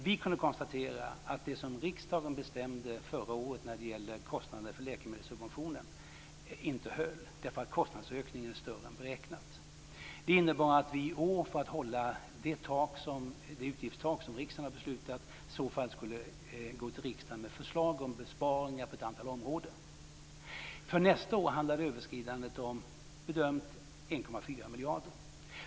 Vi kunde konstatera att det som riksdagen bestämde förra året när det gäller kostnaderna för läkemedelssubventionen inte höll. Kostnadsökningen är större än beräknat. Det innebär att vi, för att hålla det utgiftstak som riksdagen har beslutat om för i år, skulle behöva gå till riksdagen med förslag om besparingar på ett antal områden. För nästa år handlar överskridandet om, som det är bedömt, 1,4 miljarder.